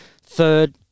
Third